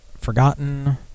forgotten